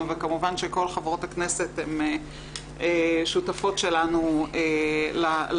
וכמובן שכל חברות הכנסת הן שותפות שלנו לעשייה.